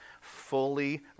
fully